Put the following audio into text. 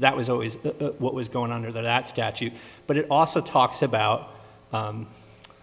that was always what was going under that statute but it also talks about